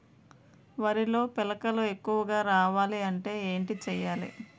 వరిలో పిలకలు ఎక్కువుగా రావాలి అంటే ఏంటి చేయాలి?